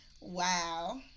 Wow